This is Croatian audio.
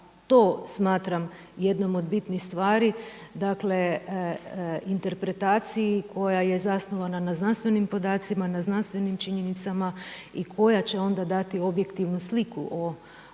to smatram jednom od bitnih stvari, dakle interpretaciji koja je zasnovana na znanstvenim podacima, na znanstvenim činjenicama i koja će onda dati objektivnu sliku o